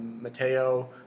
Mateo